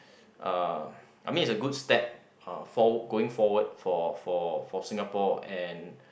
uh I mean it's a good step uh for going forward for for for Singapore and